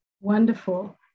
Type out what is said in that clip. Wonderful